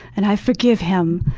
and i forgive him.